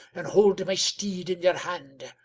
and hold my steed in your hand,